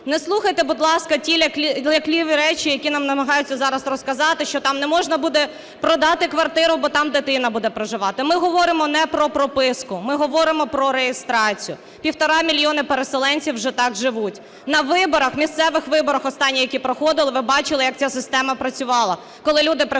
Не слухайте, будь ласка, ті лякливі речі, які нам намагаються зараз розказати, що там не можна буде продати квартиру, бо там дитина буде проживати. Ми говоримо не про прописку, ми говоримо про реєстрацію. 1,5 мільйона переселенців вже так живуть. На виборах, місцевих виборах останніх, які проходили, ви бачили як ця система працювала, коли люди приходили